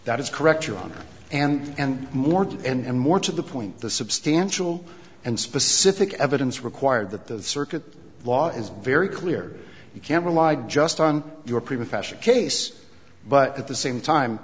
that is correct your honor and more and more to the point the substantial and specific evidence required that the circuit law is very clear you can't rely just on your previous fashion case but at the same time